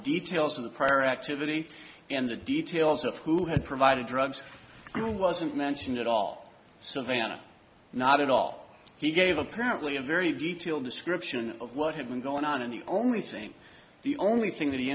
details of the prior activity and the details of who had provided drugs wasn't mentioned at all so they got it not at all he gave apparently a very detailed description of what had been going on and the only thing the only thing that he